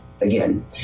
Again